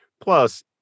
Plus